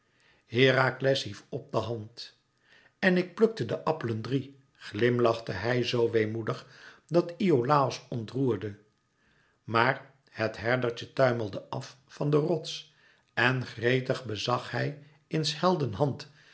herakles hief op de hand en ik plukte de appelen drie glimlachte hij zoo weemoedig dat iolàos ontroerde maar het herdertje tuimelde af van den rots en gretig bezag hij in s helden